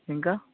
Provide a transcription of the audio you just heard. ఇంకా